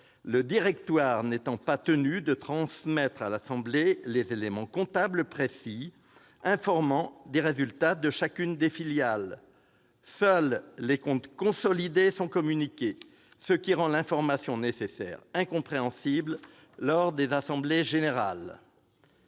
Le directoire n'étant pas tenu de transmettre à l'assemblée les éléments comptables précis concernant les résultats de chacune des filiales, seuls les comptes consolidés sont communiqués, ce qui rend l'information nécessaire incompréhensible lors des assemblées générales.